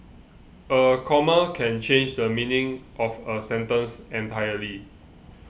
a comma can change the meaning of a sentence entirely